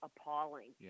appalling